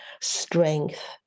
strength